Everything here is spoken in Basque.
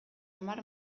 hamar